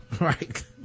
right